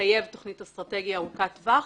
מחייב תוכנית אסטרטגיה ארוכת-טווח.